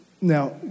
Now